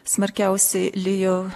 smarkiausiai lijo